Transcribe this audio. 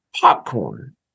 popcorn